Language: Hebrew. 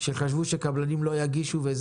שחשבו שקבלנים לא ייגשו למכרז אך זה